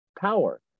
power